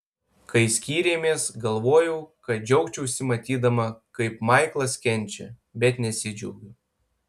kai skyrėmės galvojau kad džiaugčiausi matydama kaip maiklas kenčia bet nesidžiaugiu